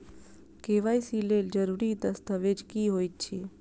KYC लेल जरूरी दस्तावेज की होइत अछि?